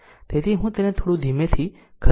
તેથી હું તેને થોડું ધીમેથી ખસેડી રહ્યો છું